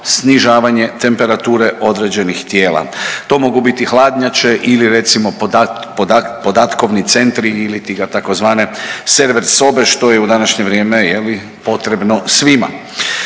snižavanje temperature određenih tijela. To mogu biti hladnjače ili recimo podatkovni centri ili ti ga tzv. server sobe što je u današnje vrijeme je li potrebno svima.